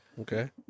Okay